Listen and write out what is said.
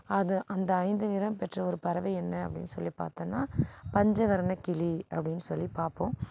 அது அந்த ஐந்து நிறம் பெற்ற ஒரு பறவை என்ன அப்டின்னு சொல்லி பார்த்தன்னா பஞ்சவர்ண கிளி அப்படின்னு சொல்லி பார்ப்போம்